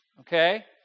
Okay